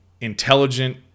intelligent